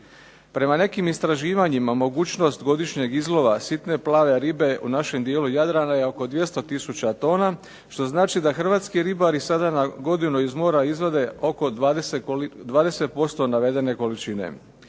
Prema nekim istraživanjima mogućnost godišnjeg izlova sitne plave ribe u našem dijelu Jadrana je oko 200 tisuća tona što znači da hrvatski ribari sada na godinu iz mora izvade oko 20% navedene količine.